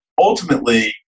Ultimately